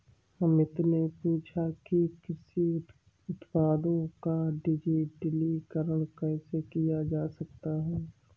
अमित ने पूछा कि कृषि उत्पादों का डिजिटलीकरण कैसे किया जा सकता है?